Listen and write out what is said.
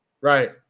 Right